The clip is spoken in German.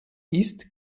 ist